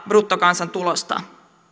bruttokansantulosta